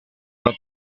una